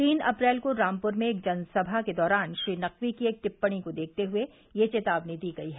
तीन अप्रैल को रामपुर में एक जनसभा के दौरान श्री नकवी की एक टिप्पणी को देखते हुए यह चेतावनी दी गई है